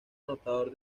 anotador